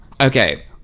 Okay